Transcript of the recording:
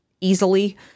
easily